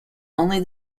only